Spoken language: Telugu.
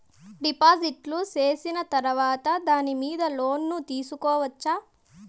డిపాజిట్లు సేసిన తర్వాత దాని మీద లోను తీసుకోవచ్చా?